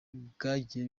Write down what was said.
byagiye